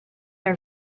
are